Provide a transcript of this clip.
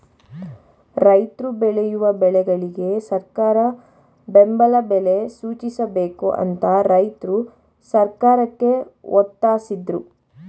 ರೈತ್ರು ಬೆಳೆಯುವ ಬೆಳೆಗಳಿಗೆ ಸರಕಾರ ಬೆಂಬಲ ಬೆಲೆ ಸೂಚಿಸಬೇಕು ಅಂತ ರೈತ್ರು ಸರ್ಕಾರಕ್ಕೆ ಒತ್ತಾಸಿದ್ರು